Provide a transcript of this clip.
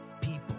people